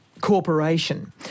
corporation